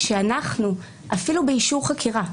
אפילו באישור חקירה,